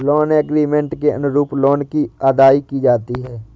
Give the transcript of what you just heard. loan agreement के अनुरूप loan की अदायगी की जाती है